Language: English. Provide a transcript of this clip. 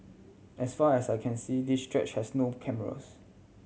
as far as I can see this stretch has no cameras